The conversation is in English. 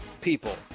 people